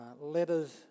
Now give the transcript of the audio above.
letters